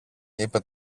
είπε